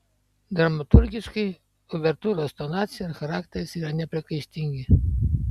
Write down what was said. dramaturgiškai uvertiūros tonacija ir charakteris yra nepriekaištingi